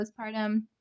postpartum